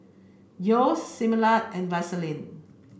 Yeo's Similac and Vaseline